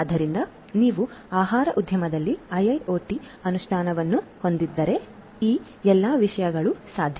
ಆದ್ದರಿಂದ ನೀವು ಆಹಾರ ಉದ್ಯಮದಲ್ಲಿ IIoT ಅನುಷ್ಠಾನವನ್ನು ಹೊಂದಿದ್ದರೆ ಈ ಎಲ್ಲಾ ವಿಷಯಗಳು ಸಾಧ್ಯ